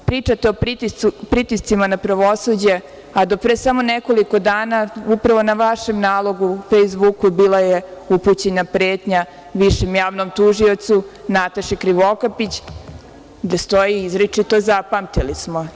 Pričate o pritiscima na pravosuđe, a do pre samo nekoliko dana, upravo na vašem nalogu, fejsbuku, bila je upućena pretnja višem javnom tužiocu, Nataši Krivokapić, gde stoji izričito - zapamtili smo.